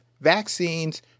vaccines